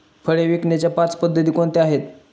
फळे विकण्याच्या पाच पद्धती कोणत्या आहेत?